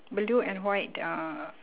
blue and white uh